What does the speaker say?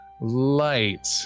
light